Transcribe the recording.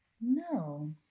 no